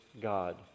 God